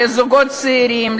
לזוגות צעירים,